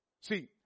See